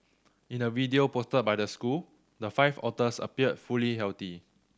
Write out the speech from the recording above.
in a video posted by the school the five otters appeared fully healthy